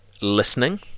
listening